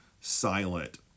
silent